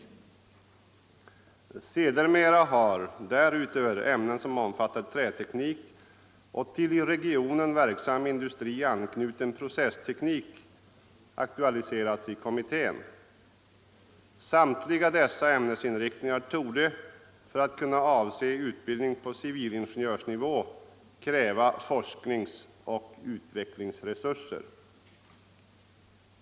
Sedermera har därutöver ämnen som träteknik och till i regionen verksam industri anknuten processteknik aktualiserats i kommittén. Samtliga dessa ämnen torde, då man avser utbildning på civilingenjörsnivå, kräva forskningsoch utvecklingsresurser.